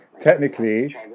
technically